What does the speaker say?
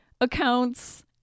accounts